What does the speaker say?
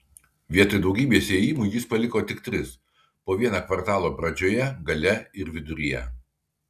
vietoj daugybės įėjimų jis paliko tik tris po vieną kvartalo pradžioje gale ir viduryje